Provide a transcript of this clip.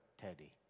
teddy